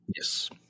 Yes